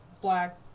black